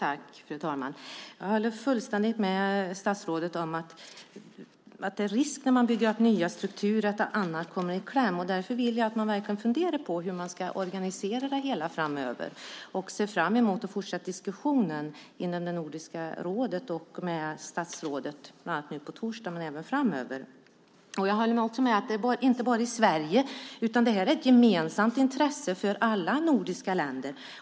Fru talman! Jag håller fullständigt med statsrådet om att det finns en risk för att annat kommer i kläm när man bygger upp nya strukturer. Därför vill jag att man verkligen funderar på hur man ska organisera det hela framöver. Jag ser fram emot att fortsätta diskussionen inom Nordiska rådet och med statsrådet, bland annat nu på torsdag men även framöver. Det här gäller inte bara Sverige. Detta är av gemensamt intresse för alla nordiska länder.